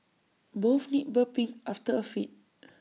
both need burping after A feed